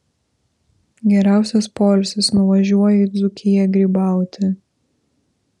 geriausias poilsis nuvažiuoju į dzūkiją grybauti